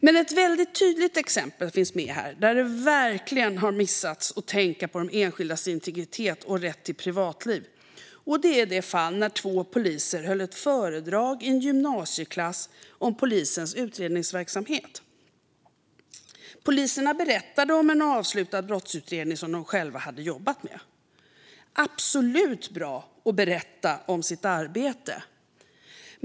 Men ett väldigt tydligt exempel finns med där man verkligen har missat att tänka på de enskildas integritet och rätt till privatliv. Det är det fall där två poliser höll ett föredrag i en gymnasieklass om polisens utredningsverksamhet. Poliserna berättade om en avslutad brottsutredning som de själva hade jobbat med. Det är absolut bra att berätta om sitt arbete.